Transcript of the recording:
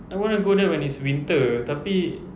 I wanna go there when it's winter tapi